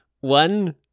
One